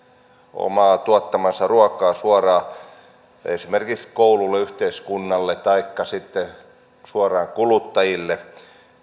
omaa tuottamaansa ruokaa suoraan esimerkiksi kouluille yhteiskunnalle taikka sitten suoraan kuluttajille